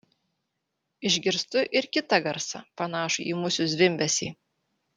išgirstu ir kitą garsą panašų į musių zvimbesį